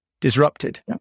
disrupted